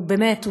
באמת,